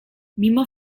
mimo